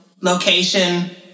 Location